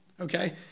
okay